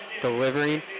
delivering